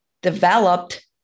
developed